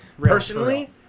Personally